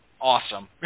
awesome